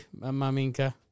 maminka